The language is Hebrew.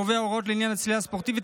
קובע הוראות לעניין הצלילה הספורטיבית,